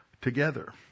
together